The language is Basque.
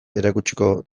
erakutsiko